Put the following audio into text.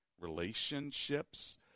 relationships